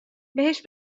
بهش